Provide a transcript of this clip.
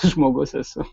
žmogus esu